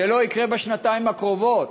זה לא יקרה בשנתיים הקרובות,